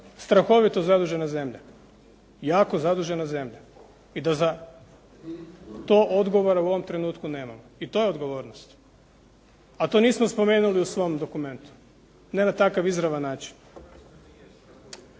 strahovito zadužena zemlja, jako zadužena zemlja i da za to odgovore u ovom trenutku nemamo. I to je odgovornost, a to nismo spomenuli u svom dokumentu, ne na takav izravan način.